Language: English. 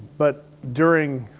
but during.